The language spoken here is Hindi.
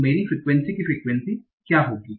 तो मेरी फ्रिक्वेन्सी की फ्रिक्वेन्सी क्या होगी